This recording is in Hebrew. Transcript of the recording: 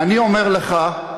אני רוצה לסיים ואני רוצה לומר לך: